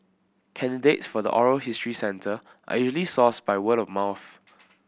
candidates for the oral history centre are usually sourced by word of mouth